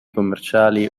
commerciali